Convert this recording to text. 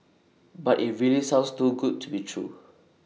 but IT really sounds too good to be true